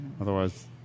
Otherwise